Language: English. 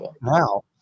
now